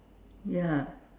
ya